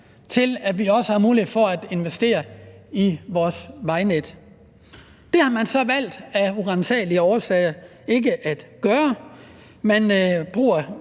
så vi også har mulighed for at investere i vores vejnet. Det har man så af uransagelige årsager valgt ikke at gøre. Man bruger